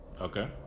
Okay